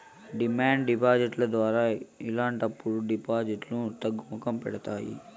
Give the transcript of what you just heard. demand deposit ద్వారా ఇలాంటప్పుడు డిపాజిట్లు తగ్గుముఖం పడతాయి